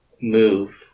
move